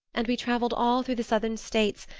and we travelled all through the southern states,